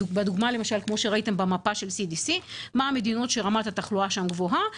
ראיתי את המפה של CDC מה המדינות שרמת התחלואה שם גבוהה.